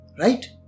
Right